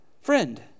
Friend